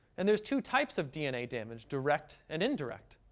and there's two types of dna damage, direct and indirect.